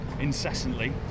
incessantly